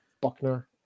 Buckner